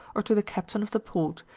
or to the captain of the port,